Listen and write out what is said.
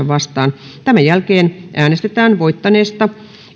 vastaan tämän jälkeen äänestetään voittaneesta